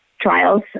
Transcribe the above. Trials